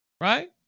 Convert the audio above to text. right